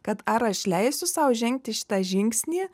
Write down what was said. kad ar aš leisiu sau žengti šitą žingsnį